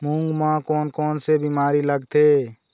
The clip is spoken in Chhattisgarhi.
मूंग म कोन कोन से बीमारी लगथे?